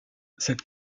cette